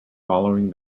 following